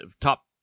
top